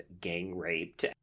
gang-raped